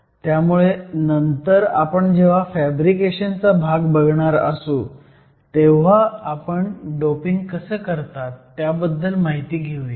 त्यामुळे नंतर आपण जेव्हा फॅब्रिकेशनचा भाग बघणार असू तेव्हा आपण डोपिंग कसं करतात त्याबद्दल माहिती घेऊयात